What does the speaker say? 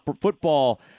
football